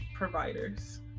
Providers